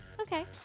Okay